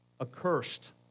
Accursed